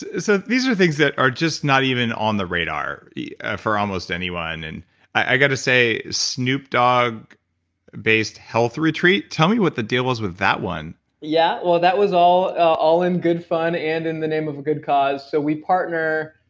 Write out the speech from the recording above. so these are things that are just not even on the radar for almost anyone, and i've got to say, snoop dogg based health retreat, tell me what the deal was with that one yeah, well that was all all in good fun, and in the name of a good cause. so we partner